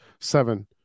seven